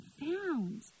found